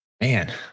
man